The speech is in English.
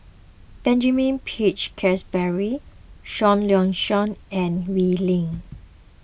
Benjamin Peach Keasberry Seah Liang Seah and Wee Lin